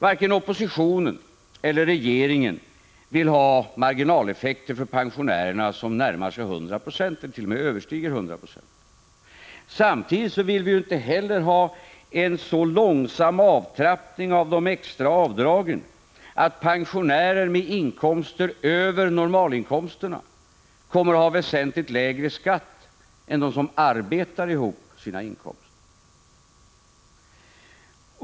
Varken oppositionen eller regeringen vill ha marginaleffekter för pensionärerna som närmar sig eller t.o.m. överstiger 100 20. Samtidigt vill vi inte heller ha en så långsam avtrappning av de extra avdragen att pensionärer med inkomster över normalinkomsterna kommer att få väsentligt lägre skatt än de som arbetar ihop sina inkomster.